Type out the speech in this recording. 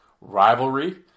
rivalry